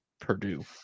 Purdue